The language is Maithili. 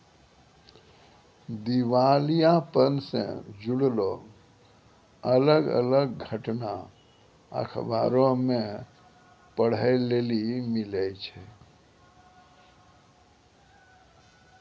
दिबालियापन से जुड़लो अलग अलग घटना अखबारो मे पढ़ै लेली मिलै छै